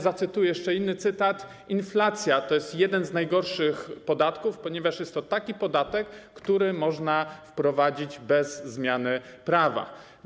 Zacytuję jeszcze inne słowa: Inflacja to jest jeden z najgorszych podatków, ponieważ jest to taki podatek, który można wprowadzić bez zmiany prawa.